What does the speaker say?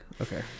Okay